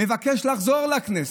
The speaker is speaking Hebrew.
מבקש לחזור לכנסת,